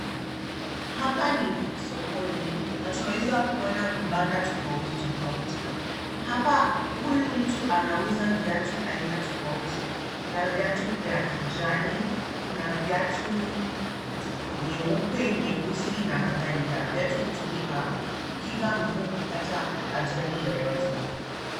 Hapa ni sokoni na twaweza kuona vibanda tofauti tofauti. Hapa huyu mtu anauza viatu aina tofauti. Kuna viatu vya kijani, kuna viatu nyeupe, nyeusi na kadhalika. Viatu hutumika kukinga mguu kupata ajali yoyote.